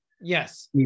Yes